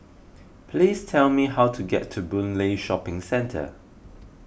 please tell me how to get to Boon Lay Shopping Centre